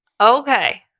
okay